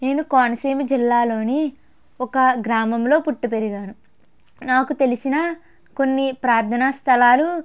నేను కోనసీమ జిల్లాలోని ఒక గ్రామంలో పుట్టి పెరిగాను నాకు తెలిసిన కొన్ని ప్రార్థనా స్థలాలు